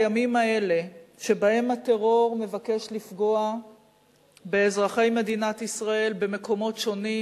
בימים האלה שבהם הטרור מבקש לפגוע באזרחי מדינת ישראל במקומות שונים,